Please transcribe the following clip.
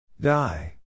Die